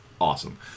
awesome